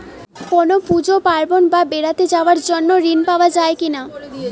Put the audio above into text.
কোনো পুজো পার্বণ বা বেড়াতে যাওয়ার জন্য ঋণ পাওয়া যায় কিনা?